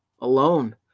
alone